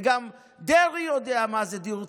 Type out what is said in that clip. גם דרעי יודע מה זה דיור ציבורי.